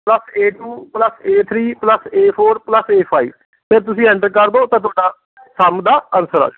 plus A two plus A three plus A four plus A five ਫਿਰ ਤੁਸੀਂ enter ਕਰ ਦਿਉ ਤਾਂ ਤੁਹਾਡਾ ਸਮ ਦਾ ਅਨਸਰ ਆਜੂ